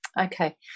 Okay